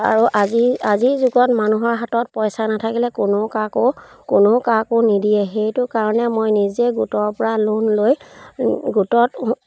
আৰু আজি আজিৰ যুগত মানুহৰ হাতত পইচা নাথাকিলে কোনেও কাকো কোনেও কাকো নিদিয়ে সেইটো কাৰণে মই নিজে গোটৰ পৰা লোন লৈ গোটত